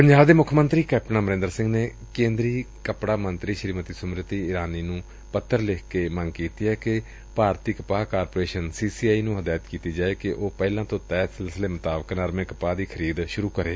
ਪੰਜਾਬ ਦੇ ਮੁੱਖ ਮੰਤਰੀ ਕੈਪਟਨ ਅਮਰਿੰਦਰ ਸਿੰਘ ਨੇ ਕੇਂਦਰੀ ਕਪੜਾ ਮੰਤਰੀ ਸ੍ਰੀਮਤੀ ਸਮਰਿਤੀ ਈਰਾਨੀ ਨੂੰ ਪੱਤਰ ਲਿਖ ਨੇ ਮੰਗ ਕੀਤੀ ਏ ਕਿ ਭਾਰਤੀ ਕਪਾਹ ਕਾਰਪੋਰੇਸ਼ਨ ਸੀ ਸੀ ਆਈ ਨੂੰ ਹਦਾਇਤ ਕੀਤੀ ਜਾਏ ਕਿ ਉਹ ਪਹਿਲਾਂ ਤੋਂ ਤੈਅ ਸਿਲਸਿਲੇ ਮੁਤਾਬਿਕ ਨਰਮੇ ਕਪਾਹ ਦੀ ਖਰੀਦ ਕਰੇ